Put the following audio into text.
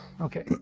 Okay